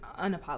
unapologetic